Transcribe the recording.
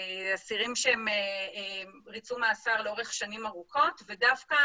אלה אסירים שריצו מאסר לאורך שנים ארוכות ודווקא